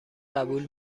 قبول